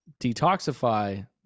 detoxify